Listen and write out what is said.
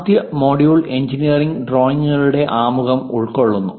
ആദ്യ module engineering ഡ്രോയിംഗുകളുടെ ആമുഖം ഉൾക്കൊള്ളുന്നു